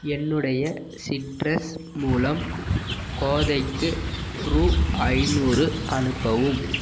என்னுடைய சிட்ரஸ் மூலம் கோதைக்கு ரூபா ஐநூறு அனுப்பவும்